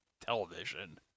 television